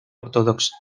ortodoxa